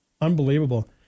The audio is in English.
Unbelievable